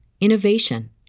innovation